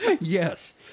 Yes